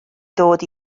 ddod